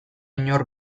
inor